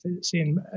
seeing